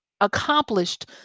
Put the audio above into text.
accomplished